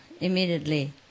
immediately